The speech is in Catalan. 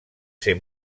ser